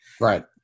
right